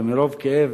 ומרוב כאב